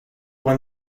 one